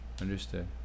understood